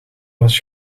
was